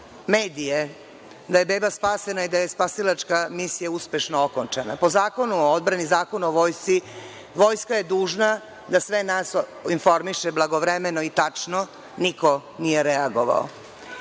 medije da je beba spasena i da je spasilačka misija uspešno okončana? Po zakonu o odbrani, Zakonu o vojsci, vojska je dužna da sve nas informiše blagovremeno i tačno. Niko nije reagovao. Naš